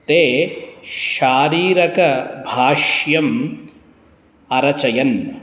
ते शारीरिकभाष्यम् अरचयन्